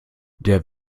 der